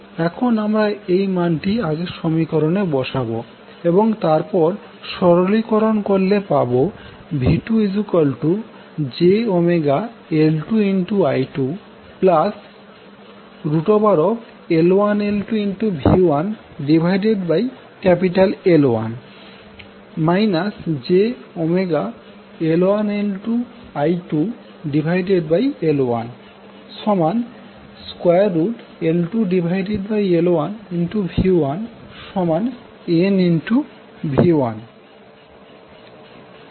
এখন আমরা এই মান টি আগের সমীকরণে বসাবো এবং তারপর সরলীকরণ করলে পাবো V2jωL2I2L1L2V1L1 jωL1L2I2L1L2L1V1nV1 এখন n মানে কি